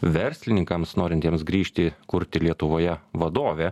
verslininkams norintiems grįžti kurti lietuvoje vadovė